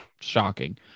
Shocking